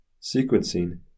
sequencing